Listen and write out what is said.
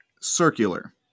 circular